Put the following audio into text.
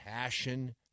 passion